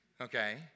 Okay